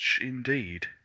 indeed